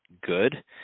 good